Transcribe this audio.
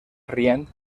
rient